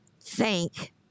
thank